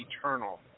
eternal